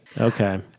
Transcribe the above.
Okay